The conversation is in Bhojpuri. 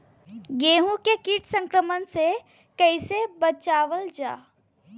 गेहूँ के कीट संक्रमण से कइसे बचावल जा?